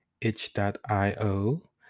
itch.io